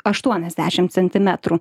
aštuoniasdešimt centimetrų